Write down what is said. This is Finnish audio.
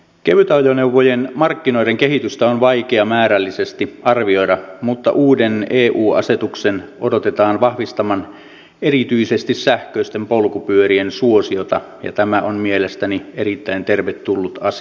kevytajoneuvojen markkinoiden kehitystä on vaikea määrällisesti arvioida mutta uuden eu asetuksen odotetaan vahvistavan erityisesti sähköisten polkupyörien suosiota ja tämä on mielestäni erittäin tervetullut asia